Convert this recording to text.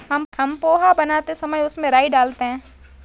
हम पोहा बनाते समय उसमें राई डालते हैं